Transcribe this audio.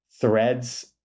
threads